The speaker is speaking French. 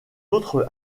autre